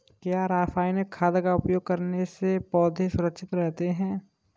क्या रसायनिक खाद का उपयोग करने से पौधे सुरक्षित रहते हैं?